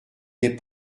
n’est